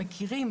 מכירים,